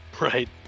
Right